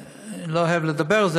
אני לא אוהב לדבר על זה,